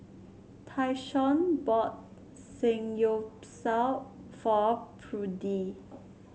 Tyshawn bought Samgyeopsal for Prudie